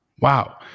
Wow